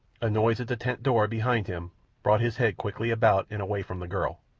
a noise at the tent door behind him brought his head quickly about and away from the girl.